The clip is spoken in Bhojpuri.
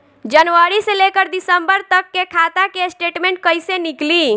जनवरी से लेकर दिसंबर तक के खाता के स्टेटमेंट कइसे निकलि?